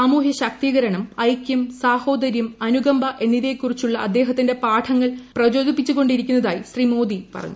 സാമൂഹൃ ശാക്തീകരണം ഐകൃം സാഹോദര്യം അനുകമ്പ എന്നിവയെക്കുറിച്ചുള്ള അദ്ദേഹത്തിന്റെ പാഠങ്ങൾ പ്രചോദിപ്പിച്ചുകൊണ്ടിരിക്കുന്നതായി ശ്രീ മോദി ട്വീറ്റിൽ പറഞ്ഞു